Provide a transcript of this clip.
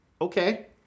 Okay